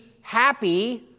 happy